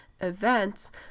events